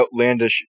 outlandish